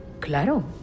Claro